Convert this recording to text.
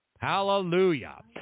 Hallelujah